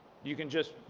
you can just,